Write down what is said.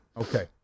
Okay